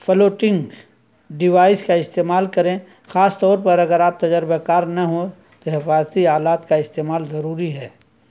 floating device کا استعمال کریں خاص طور پر اگر آپ تجربہ کار نہ ہوں تو حفاظتی آلات کا استعمال ضروری ہے